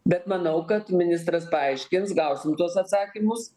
bet manau kad ministras paaiškins gausim tuos atsakymus